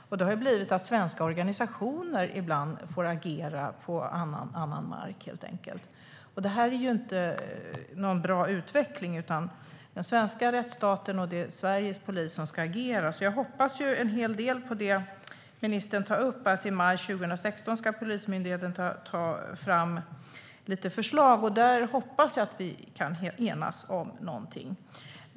Det har ju blivit så att svenska organisationer ibland får agera på annan mark, helt enkelt. Det är inte någon bra utveckling. Det är den svenska rättsstaten och Sveriges polis som ska agera. Jag hoppas en hel del på det ministern tar upp, att Polismyndigheten till maj 2016 ska ta fram lite förslag. Där hoppas jag att vi kan enas om någonting.